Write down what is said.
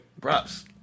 Props